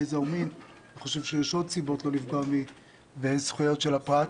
גזע או מין אני חושב שיש עוד סיבות לא לפגוע בזכויות של הפרט.